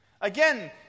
again